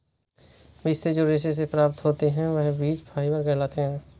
बीज से जो रेशे से प्राप्त होते हैं वह बीज फाइबर कहलाते हैं